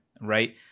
right